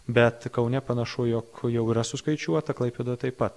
bet kaune panašu jog jau yra suskaičiuota klaipėda taip pat